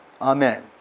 Amen